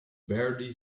barely